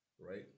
right